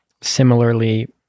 similarly